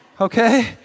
Okay